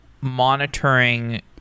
monitoring